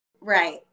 Right